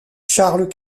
charles